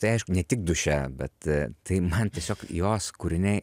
tai aišku ne tik duše bet tai man tiesiog jos kūriniai